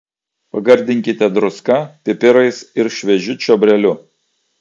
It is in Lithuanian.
pagardinkite druska pipirais ir šviežiu čiobreliu